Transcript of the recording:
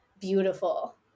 beautiful